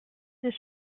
this